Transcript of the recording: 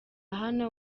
hano